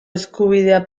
eskubidea